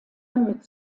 mit